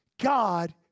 God